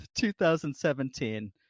2017